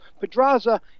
pedraza